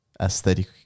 aesthetic